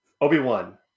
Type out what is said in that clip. Obi-Wan